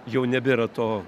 jau nebėra to